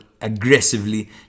aggressively